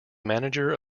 manager